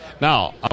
now